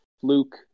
fluke